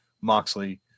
Moxley